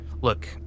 Look